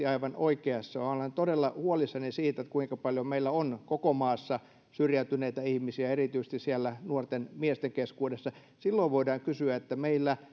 aivan oikeassa olen todella huolissani siitä kuinka paljon meillä on koko maassa syrjäytyneitä ihmisiä erityisesti siellä nuorten miesten keskuudessa silloin voidaan sanoa että meillä